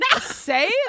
say